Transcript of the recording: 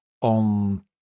on